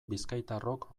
bizkaitarrok